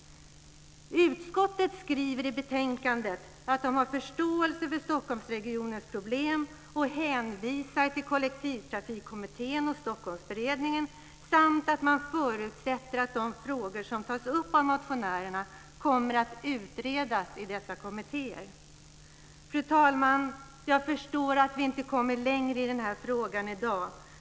Utskottet skriver i betänkandet att man har förståelse för Stockholmsregionens problem och hänvisar till Kollektivtrafikkommittén och Stockholmsberedningen samt förutsätter att de frågor som tas upp av motionärerna kommer att utredas i dessa kommittér. Fru talman! Jag förstår att vi inte kommer längre i denna fråga i dag.